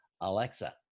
Alexa